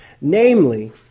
Namely